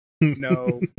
no